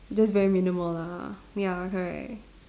just very minimal lah ya correct